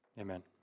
Amen